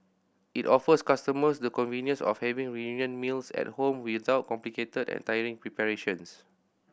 it offers customers the convenience of having reunion meals at home without complicated and tiring preparations